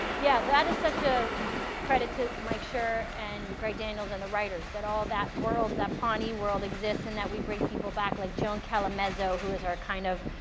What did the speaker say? yeah, that is such a credit to mike schur and greg daniels and the writers that all that world that pawnee world exists and that we bring people back, like joan callamezzo, who is our kind of